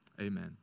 Amen